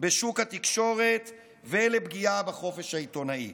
בשוק התקשורת ולפגיעה בחופש העיתונאי.